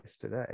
today